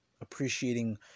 appreciating